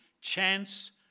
chance